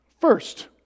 First